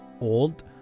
old